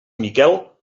miquel